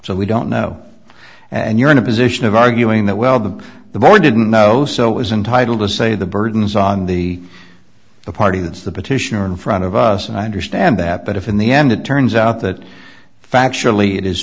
so we don't know and you're in a position of arguing that well the the boy didn't know so is entitle to say the burden is on the party that's the petitioner in front of us and i understand that but if in the end it turns out that factually it is